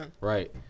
Right